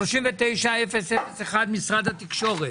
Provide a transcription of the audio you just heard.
פנייה 39001 39001, משרד התקשורת.